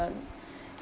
learn